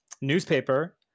newspaper